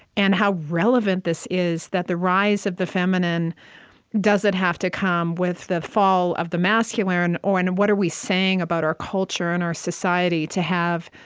and how relevant this is that the rise of the feminine doesn't have to come with the fall of the masculine. and and what are we saying about our culture and our society to have,